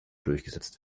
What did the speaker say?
durchgesetzt